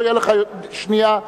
לא תהיה לך שנייה יותר.